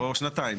או שנתיים.